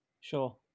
sure